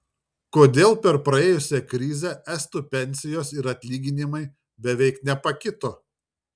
kodėl per praėjusią krizę estų pensijos ir atlyginimai beveik nepakito